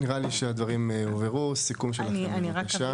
נראה לי שהדברים הובהרו, סיכום שלכם בבקשה.